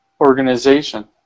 organization